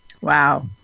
Wow